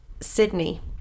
Sydney